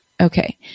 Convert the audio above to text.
Okay